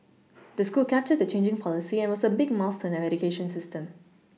the school captured the changing policy and it was a big milestone in our education system